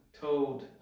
told